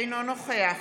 אינו נוכח